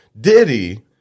Diddy